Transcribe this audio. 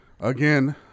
again